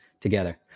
together